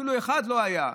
אפילו אחד לא היה,